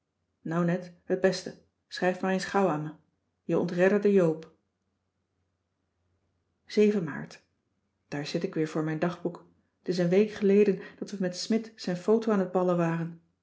nou net het beste schrijf maar eens gauw aan me je ontredderde oop aart aar zit ik weer voor mijn dagboek t is een week geleden dat we met smidt zijn foto aan t ballen waren